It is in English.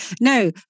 No